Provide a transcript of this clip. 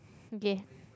okay